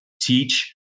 teach